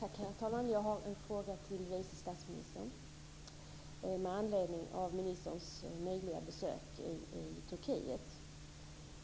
Herr talman! Jag har en fråga till vice statsministern med anledning av ministern nyligen avlagda besök i Turkiet.